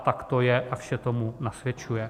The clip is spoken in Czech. Tak to je a vše tomu nasvědčuje.